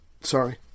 Sorry